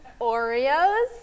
Oreos